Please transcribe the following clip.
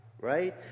right